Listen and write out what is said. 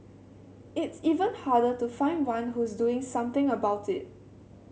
it's even harder to find one who is doing something about it